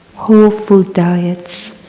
wholefood diets.